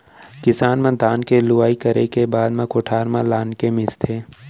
किसान मन धान के लुवई करे के बाद म कोठार म लानके मिंजथे